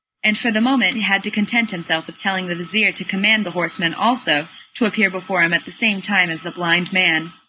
and for the moment had to content himself with telling the vizir to command the horseman also to appear before him at the same time as the blind man.